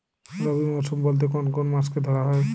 রবি মরশুম বলতে কোন কোন মাসকে ধরা হয়?